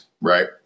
right